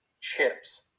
chips